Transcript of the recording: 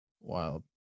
Wild